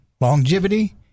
longevity